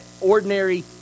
ordinary